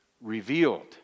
revealed